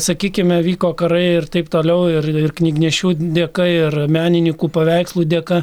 sakykime vyko karai ir taip toliau ir knygnešių dėka ir menininkų paveikslų dėka